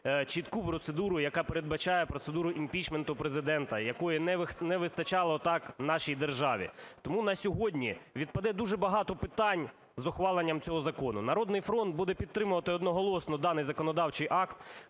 чітку процедуру, яка передбачає процедуру імпічменту Президента, якої не вистачало так нашій державі. Тому на сьогодні відпаде дуже багато питань з ухваленням цього закону. "Народний фронт" буде підтримувати одноголосно даний законодавчий акт,